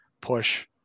push